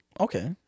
Okay